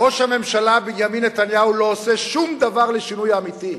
ראש הממשלה בנימין נתניהו לא עושה שום דבר לשינוי אמיתי.